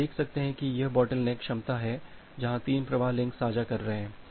तो आप देख सकते हैं कि यह बोटलनेक क्षमता है जहां 3 प्रवाह लिंक साझा कर रहे हैं